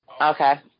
Okay